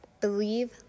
Believe